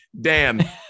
Dan